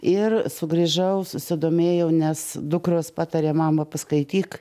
ir sugrįžau susidomėjau nes dukros patarė mama paskaityk